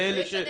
לגבי